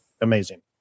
amazing